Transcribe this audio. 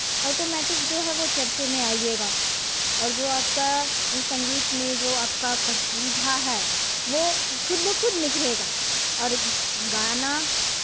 automatic जो है वो चर्चे में आइयेगा और जो आपका ये संगीत में जो आपका प्रतिभा है वो खुद ब खुद निखरेगा और गाना